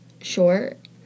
short